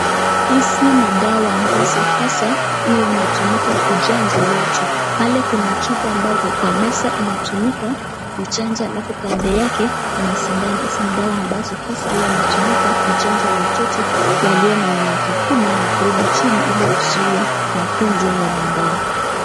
Hizi ni dawa ambazo hasa, huwa inatumika kuchanja watu. Pale kuna chupa ambaye iko kwa meza inatumika kuchanja alafu kando yake kuna sindano dawa ambazo zinatumika kuchanja watoto waliyo na miaka kumi na kurudi chini, ili kuzuia magonjwa ya baadaye.